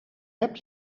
heb